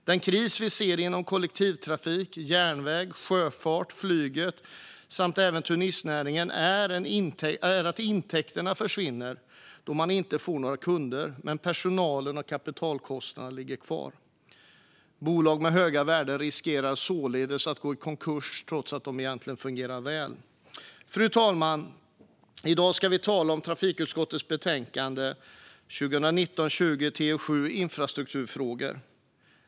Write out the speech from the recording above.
Den kris vi ser inom kollektivtrafik, järnväg, sjöfart och flyget samt även turistnäringen är att intäkterna försvinner då man inte får några kunder, men personalen och kapitalkostnaderna ligger kvar. Bolag med höga värden riskerar således att gå i konkurs trots att de egentligen fungerar väl. Fru talman! I dag ska vi tala om trafikutskottets betänkande 2019/20:TU7 Infrastrukturfrågor .